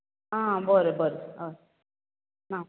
आं बरें बरें